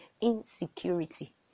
insecurity